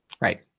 Right